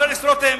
חבר הכנסת רותם,